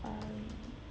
um